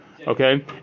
Okay